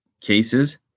cases